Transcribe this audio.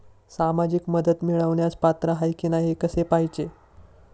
सामाजिक मदत मिळवण्यास पात्र आहे की नाही हे कसे पाहायचे?